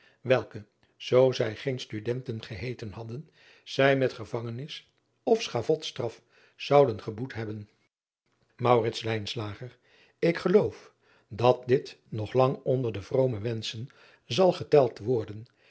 welke zoo zij geen tudenten geheeten hadden zij met gevangenis of schavotstraf zouden geboet hebben k geloof dat dit nog lang onder de vrome wenschen zal geteld worden